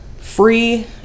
free